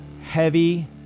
heavy